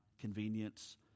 convenience